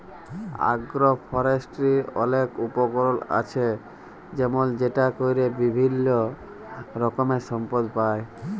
আগ্র ফরেষ্ট্রীর অলেক উপকার আছে যেমল সেটা ক্যরে বিভিল্য রকমের সম্পদ পাই